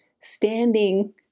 standing